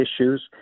issues